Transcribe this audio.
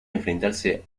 enfrentarse